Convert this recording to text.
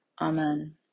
Amen